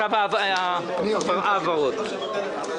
הרביזיה לא התקבלה.